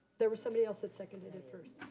there was somebody else that seconded it first.